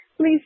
Please